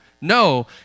no